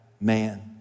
man